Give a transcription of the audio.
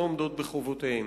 לא עומדות בחובותיהן.